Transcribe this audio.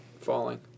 falling